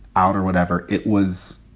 out or whatever it was,